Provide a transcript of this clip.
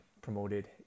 promoted